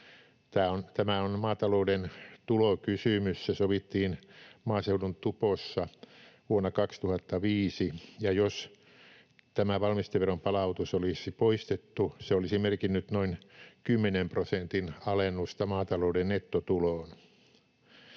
Tämä on maatalouden tulokysymys, se sovittiin maaseudun tupossa vuonna 2005. Jos tämä valmisteveron palautus olisi poistettu, se olisi merkinnyt noin 10 prosentin alennusta maatalouden nettotuloon.